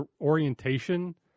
orientation